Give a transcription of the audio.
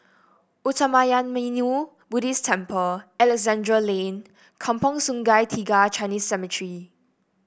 Uttamayanmuni Buddhist Temple Alexandra Lane Kampong Sungai Tiga Chinese Cemetery